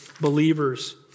believers